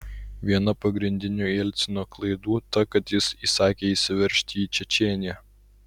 viena pagrindinių jelcino klaidų ta kad jis įsakė įsiveržti į čečėniją